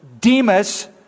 Demas